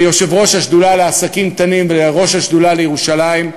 כיושב-ראש השדולה לעסקים קטנים וכראש השדולה לירושלים,